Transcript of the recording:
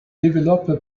développe